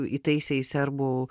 įtaisė į serbų